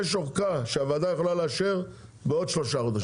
יש אורכה שהוועדה יכולה לאשר בעוד שלושה חודשים.